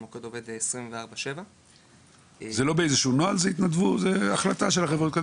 המוקד עובד 24/7. זה לא נוהל אלא החלטה של הפורום.